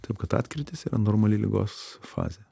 taip kad atkrytis yra normali ligos fazė